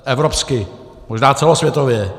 Evropsky, možná celosvětově.